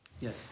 Yes